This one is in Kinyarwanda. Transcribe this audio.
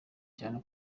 cyane